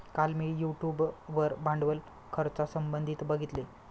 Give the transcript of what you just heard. काल मी यूट्यूब वर भांडवल खर्चासंबंधित बघितले